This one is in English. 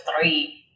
three